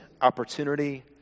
opportunity